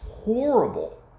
Horrible